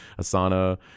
asana